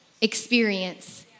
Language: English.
experience